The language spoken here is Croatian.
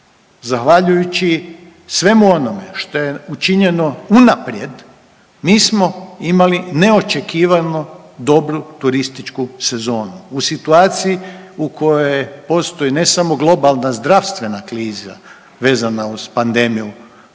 zahvaljujući svemu onome što je učinjeno unaprijed mi smo imali neočekivano dobru turističku sezonu u situaciji u kojoj postoji ne samo globalna zdravstvena kriza vezana uz pandemiju